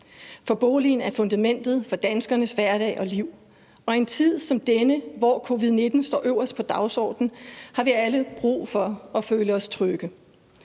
for boligen er fundamentet for danskernes hverdag og liv. Og i en tid som denne, hvor covid-19 står øverst på dagsordenen, har vi alle brug for at føle os trygge.